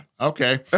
Okay